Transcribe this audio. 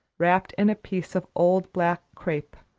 wrapped in a piece of old black crape,